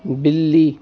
बिल्ली